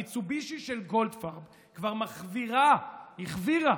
המיצובישי של גולדפרב כבר מחווירה, החווירה,